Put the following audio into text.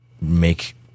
make